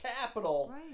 capital